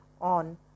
on